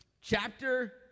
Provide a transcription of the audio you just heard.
chapter